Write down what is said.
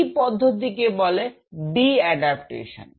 এই পদ্ধতিকে বলে ডি এডাপটেশন